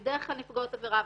בדרך כלל נפגעות עבירה,